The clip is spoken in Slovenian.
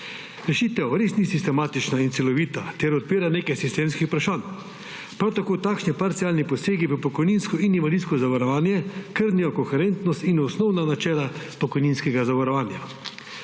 Rešitev res ni sistematična in celovita ter odpira nekaj sistemskih vprašanj. Prav tako takšni parcialni posegi v pokojninsko in invalidsko zavarovanje krnijo koherentnost in osnovna načela pokojninskega zavarovanja.